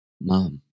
mom